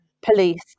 police